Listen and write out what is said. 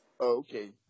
okay